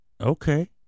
Okay